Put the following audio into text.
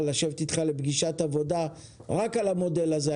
לשבת איתך לפגישת עבודה רק על המודל הזה.